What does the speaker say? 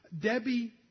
Debbie